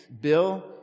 Bill